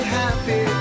happy